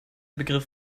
begriff